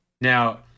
Now